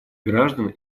граждан